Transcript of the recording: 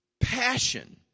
Passion